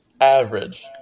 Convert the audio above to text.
Average